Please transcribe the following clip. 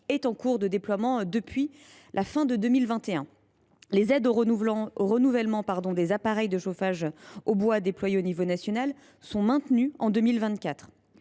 est en cours de déploiement depuis la fin de 2021. Les aides au renouvellement des appareils de chauffage au bois déployées à l’échelon national sont maintenues en 2024.